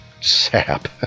sap